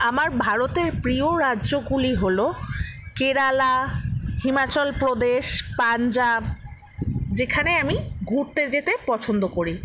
আমার ভারতের প্রিয় রাজ্যগুলি হল কেরালা হিমাচল প্রদেশ পাঞ্জাব যেখানে আমি ঘুরতে যেতে পছন্দ করি